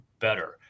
better